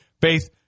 Faith